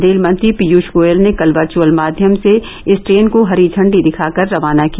rail मंत्री पीयूष गोयल ने कल वर्च्अल माध्यम से इस ट्रेन को हरी इंडी दिखाकर रवाना किया